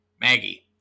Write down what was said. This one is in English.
Maggie